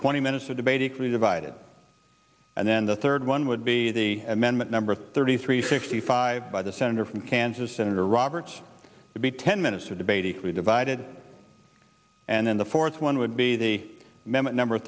twenty minutes of debate equally divided and then the third one would be the amendment number thirty three sixty five by the senator from kansas senator roberts would be ten minutes of debate equally divided and then the fourth one would be the